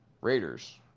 Raiders